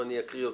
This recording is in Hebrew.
ואני אקריא אותו.